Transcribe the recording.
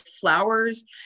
flowers